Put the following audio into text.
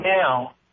now